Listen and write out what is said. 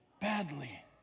badly